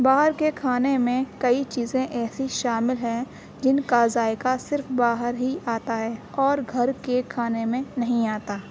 باہر کے کھانے میں کئی چیزیں ایسی شامل ہیں جن کا ذائقہ صرف باہر ہی آتا ہے اور گھر کے کھانے میں نہیں آتا